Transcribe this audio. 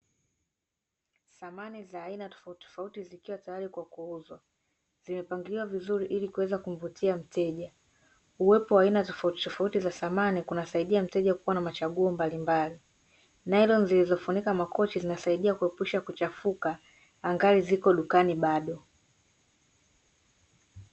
Samani za aina tofauti tofauti zikiwa tayari kwa kuuzwa. Zimepangiliwa vizuri ili kuweza kumvutia mteja. Uwepo wa aina tofauti tofauti za samani kuna saidia mteja kuwa na machaguo mbalimbali. Nailoni zilizofunika makochi zinasaidia kuepusha kuchafuka angali ziko dukani bado.